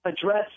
address